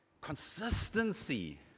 Consistency